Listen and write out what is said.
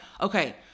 okay